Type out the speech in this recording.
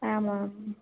आम् आम्